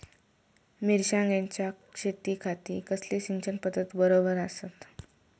मिर्षागेंच्या शेतीखाती कसली सिंचन पध्दत बरोबर आसा?